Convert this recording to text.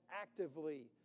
actively